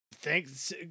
Thanks